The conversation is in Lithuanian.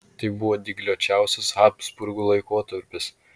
tai buvo dygliuočiausias habsburgų laikotarpis